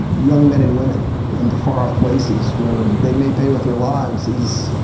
young men and women into far-off places where they may pay with their lives is.